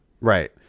Right